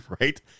right